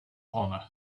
honor